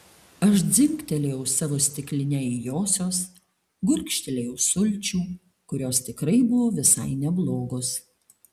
aš dzingtelėjau savo stikline į josios gurkštelėjau sulčių kurios tikrai buvo visai neblogos